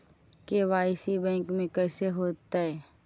KYC bank में कैसे होतै?